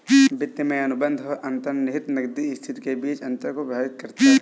वित्त में अनुबंध और अंतर्निहित नकदी स्थिति के बीच के अंतर को प्रभावित करता है